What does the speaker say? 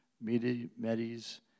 Medes